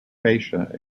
fascia